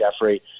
Jeffrey